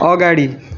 अगाडि